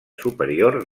superior